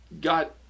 got